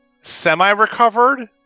semi-recovered